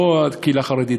לא קהילה חרדית,